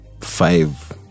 five